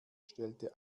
stellte